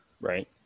Right